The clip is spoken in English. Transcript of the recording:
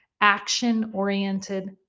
action-oriented